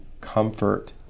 comfort